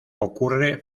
ocurre